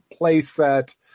playset